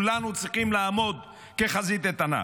כולנו צריכים לעמוד כחזית איתנה.